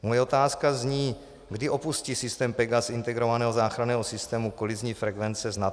Moje otázka zní: Kdy opustí systém PEGAS integrovaného záchranného systému kolizní frekvence s NATO?